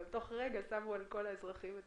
תוך רגע שמו על כל האזרחים.